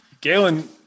Galen